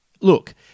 look